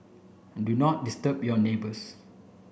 and do not disturb your neighbours